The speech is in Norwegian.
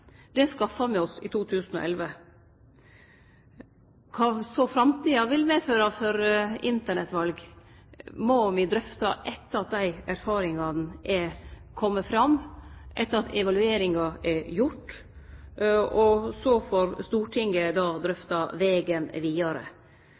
Det skaffar me oss i 2011. Kva så framtida vil medføre når det gjeld Internett-val, må me drøfte etter at dei erfaringane er komne fram, etter at evalueringa er gjord. Så får Stortinget